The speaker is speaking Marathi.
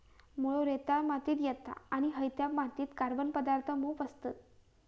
मुळो रेताळ मातीत येता आणि हयत्या मातीत कार्बन पदार्थ मोप असतत